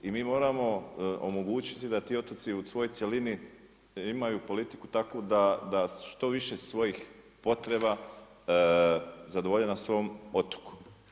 I mi moramo omogućiti da ti otoci u svojoj cjelini imaju politiku takvu da što više svojih potreba zadovolje na svom otoku.